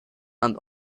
and